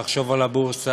לחשוב על הבורסה,